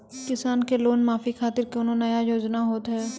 किसान के लोन माफी खातिर कोनो नया योजना होत हाव?